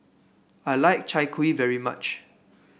I like Chai Kuih very much